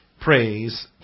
praise